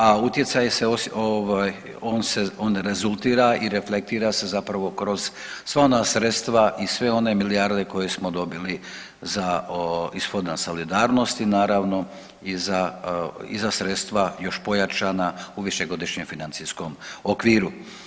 A utjecaj ovaj on rezultira i reflektira se zapravo kroz sva ona sredstva i sve one milijarde koje smo dobili za iz Fonda solidarnosti i za sredstva još pojačana u višegodišnjem financijskom okviru.